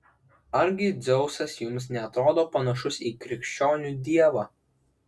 argi dzeusas jums neatrodo panašus į krikščionių dievą